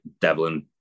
Devlin